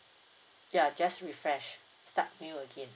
ya just refresh start new again